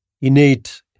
innate